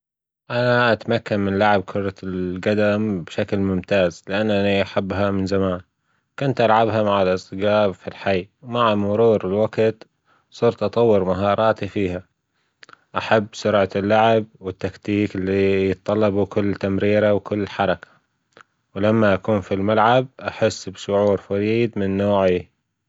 أتمكن من لعب كرة الجدم بشكل ممتاز، لأنني أحبها من زمان، كنت العبها مع الأصدجاء في الحي، ومع مرور الوجت صرت أطور مهاراتي فيها، أحب سرعة اللعب والتكتيك لطلب وكل تمريرة وكل حركة ولما أكون في الملعب أحس بشعور فريد من نوعه.